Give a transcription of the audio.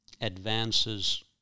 advances